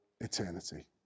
eternity